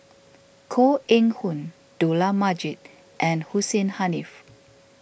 Koh Eng Hoon Dollah Majid and Hussein Haniff